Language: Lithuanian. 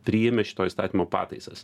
priėmė šito įstatymo pataisas